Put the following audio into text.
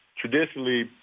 traditionally